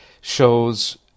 shows